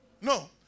No